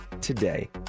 today